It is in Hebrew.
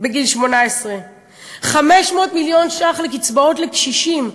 בגיל 18. 500 מיליון שקלים לקצבאות לקשישים,